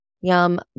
yum